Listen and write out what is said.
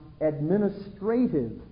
administrative